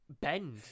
bend